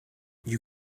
you